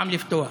פעם לפתוח